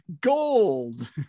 gold